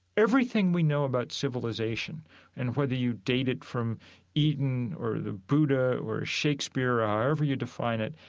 everything we know about civilization and whether you date it from eden or the buddha or shakespeare or however you define it,